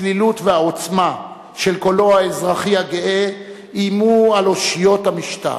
הצלילות והעוצמה של קולו האזרחי הגאה איימו על אושיות המשטר.